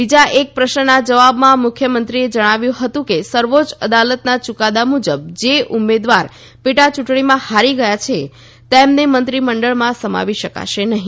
બિજા એક પ્રશ્નના જવાબમાં મુખ્યમંત્રીએ જણાવ્યુ હતુ કે સર્વોચ્ય અદાલતના યૂકાદા મુજબ જે ઉમેદવાર પેટા યૂંટણીમાં હારી ગયા છે તેમને મંત્રીમંડળમાં સમાવી શકાશે નહી